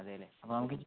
അതെ അല്ലെ അപ്പം നമുക്കിനി